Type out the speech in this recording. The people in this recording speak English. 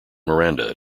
miranda